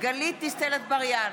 גלית דיסטל אטבריאן,